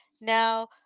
Now